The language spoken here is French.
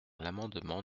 l’amendement